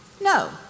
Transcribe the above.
No